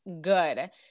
good